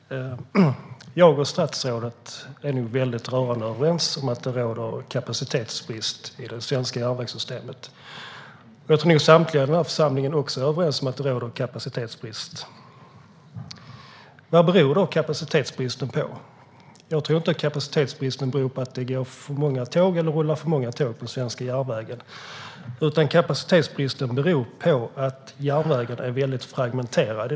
Herr talman! Jag och statsrådet är nog rörande överens om att det råder kapacitetsbrist i det svenska järnvägssystemet. Jag tror nog att samtliga i den här församlingen är överens om detta. Vad beror då kapacitetsbristen på? Jag tror inte att den beror på att det rullar för många tåg på svenska järnvägar. Kapacitetsbristen beror på att järnvägen i dag är väldigt fragmenterad.